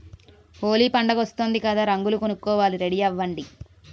హోలీ పండుగొస్తోంది కదా రంగులు కొనుక్కోవాలి రెడీ అవ్వండి